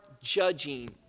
judging